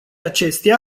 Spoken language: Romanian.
acestea